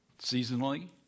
Seasonally